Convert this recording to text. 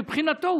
מבחינתו,